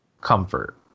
Comfort